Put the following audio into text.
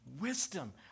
wisdom